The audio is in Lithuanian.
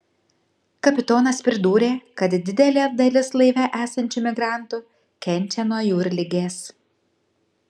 kapitonas pridūrė kad didelė dalis laive esančių migrantų kenčia nuo jūrligės